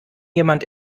jemand